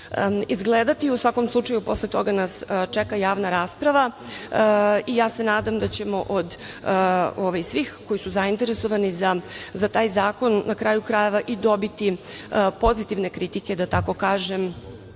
izgledati. U svakom slučaju posle toga nas čeka javna rasprava i nadam se da ćemo od svih koji su zainteresovani za taj zakon na kraju krajeva i dobiti pozitivne kritike da tako kažem,